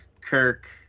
Kirk